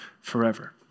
forever